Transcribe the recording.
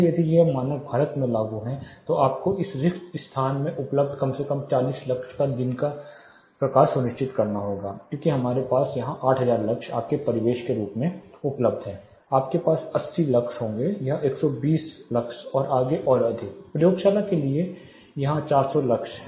इसलिए यदि यह मानक भारत में लागू है तो आपको इस रिक्त स्थान में उपलब्ध कम से कम 40 लक्स का दिन सुनिश्चित करना होगा क्योंकि हमारे यहाँ 8000 लक्स आपके परिवेश के रूप में उपलब्ध हैं आपके पास 80 लक्स होंगे यह 120 लक्स और आगे और अधिक प्रयोगशाला के लिए यहां 400 लक्स